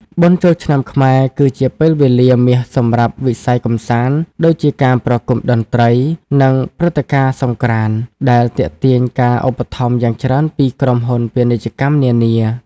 បុណ្យចូលឆ្នាំខ្មែរគឺជាពេលវេលាមាសសម្រាប់វិស័យកម្សាន្ត ដូចជាការប្រគំតន្ត្រី និងព្រឹត្តិការណ៍សង្ក្រាន្ត ដែលទាក់ទាញការឧបត្ថម្ភយ៉ាងច្រើនពីក្រុមហ៊ុនពាណិជ្ជកម្មនានា។